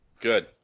Good